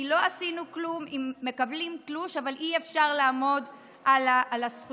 כי לא עשינו כלום אם מקבלים תלוש אבל אי-אפשר לעמוד על הזכויות.